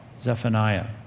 Zephaniah